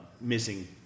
missing